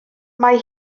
mae